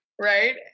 right